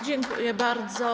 Dziękuję bardzo.